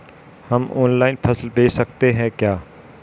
हम ऑनलाइन फसल बेच सकते हैं क्या?